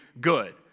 good